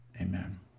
amen